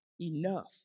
enough